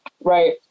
Right